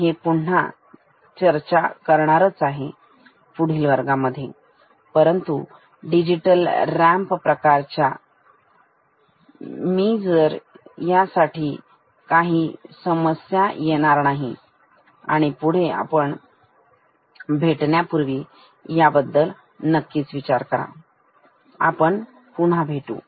मी पुन्हा याची चर्चा करणारच आहे पुढील वर्गामध्ये परंतु डिजिटल रॅम्प प्रकारच्या व्होल्ट मीटर ची जर या साठी याचा काहीच समस्या नाही तर पुढे आपण भेटण्यापूर्वी याबद्दल विचार करा आपण पुन्हा भेटू